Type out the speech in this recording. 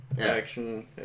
action